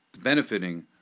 benefiting